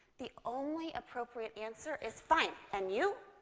the only appropriate answer is, fine. and you?